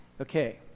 Okay